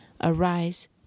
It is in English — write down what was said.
arise